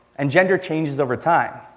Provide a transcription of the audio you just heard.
and gender changes over time.